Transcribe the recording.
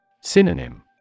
Synonym